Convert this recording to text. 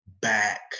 back